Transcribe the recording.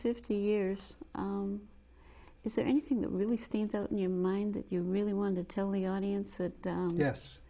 fifty years is there anything that really stands out in your mind that you really want to tell the audience that